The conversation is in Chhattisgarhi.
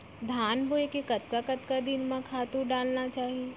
धान बोए के कतका कतका दिन म खातू डालना चाही?